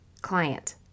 client